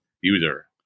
user